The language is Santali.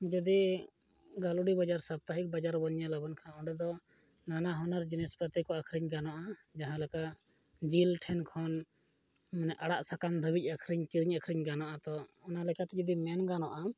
ᱡᱩᱫᱤ ᱜᱟᱹᱞᱩᱰᱤ ᱵᱟᱡᱟᱨ ᱥᱚᱯᱛᱟᱦᱤᱠ ᱵᱟᱡᱟᱨ ᱵᱚᱱ ᱧᱮᱞ ᱟᱵᱚᱱ ᱮᱱᱠᱷᱟᱱ ᱚᱸᱰᱮᱫᱚ ᱱᱟᱱᱟ ᱦᱩᱱᱟᱹᱨ ᱡᱤᱱᱤᱥ ᱯᱟᱹᱛᱤᱠᱚ ᱟᱹᱠᱷᱨᱤᱧ ᱜᱟᱱᱚᱜᱼᱟ ᱡᱟᱦᱟᱸ ᱞᱮᱠᱟ ᱡᱤᱞ ᱴᱷᱮᱱ ᱠᱷᱚᱱ ᱟᱲᱟᱜᱼᱥᱟᱠᱟᱢ ᱫᱷᱟᱹᱵᱤᱡ ᱟᱹᱠᱷᱨᱤᱧ ᱠᱤᱨᱤᱧᱼᱟᱹᱠᱷᱨᱤᱧ ᱜᱟᱱᱚᱜᱼᱟ ᱛᱚ ᱚᱱᱟ ᱞᱮᱠᱟᱛᱮ ᱡᱩᱫᱤ ᱢᱮᱱ ᱜᱟᱱᱚᱜᱼᱟ